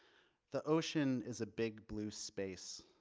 the ocean is a big blue space.